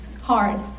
hard